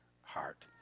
heart